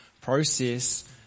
process